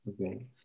Okay